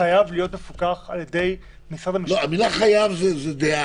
חייב להיות מפוקח על ידי משרד המשפטים --- המילה חייב זה דעה.